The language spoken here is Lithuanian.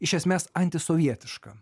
iš esmės anti sovietiška